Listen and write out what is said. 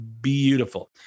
beautiful